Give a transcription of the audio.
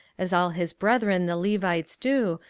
as all his brethren the levites do,